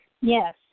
Yes